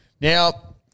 Now